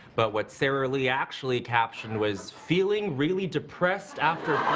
but what sara lee actually captioned was, feeling really depressed after